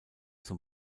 zum